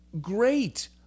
great